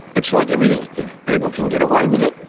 it's like everything. if people can get away with it,